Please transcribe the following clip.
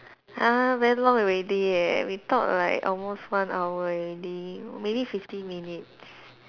ah very long already eh we talk like almost one hour already maybe fifty minutes